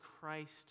Christ